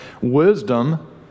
Wisdom